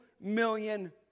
million